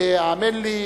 האמן לי,